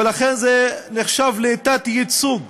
ולכן זה נחשב לתת-ייצוג,